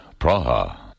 Praha